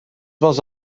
was